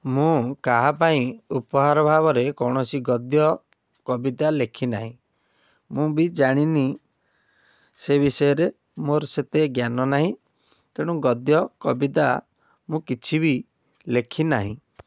ମୁଁ କାହାପାଇଁ ଉପହାର ଭାବରେ କୌଣସି ଗଦ୍ୟ କବିତା ଲେଖି ନାହିଁ ମୁଁ ବି ଜାଣିନି ସେ ବିଷୟରେ ମୋର ବି ସେତେ ଜ୍ଞାନ ନାହିଁ ତେଣୁ ଗଦ୍ୟ କବିତା ମୁଁ କିଛି ବି ଲେଖି ନାହିଁ